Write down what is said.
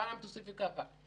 פעם תוסיפו ככה.